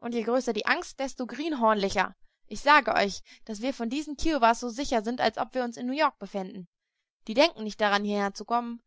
und je größer die angst desto greenhornlicher ich sage euch daß wir vor diesen kiowas so sicher sind als ob wir uns in new york befänden die denken nicht daran hierher zu kommen